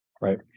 right